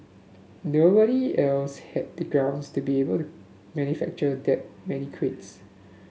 nobody else had the grounds to be able to manufacture that many crates